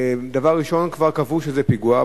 דבר ראשון כבר קבעו שזה פיגוע,